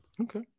Okay